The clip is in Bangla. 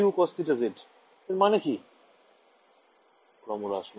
Student Decaying ছাত্র ছাত্রীঃ ক্রমহ্রাসমান